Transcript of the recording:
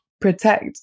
protect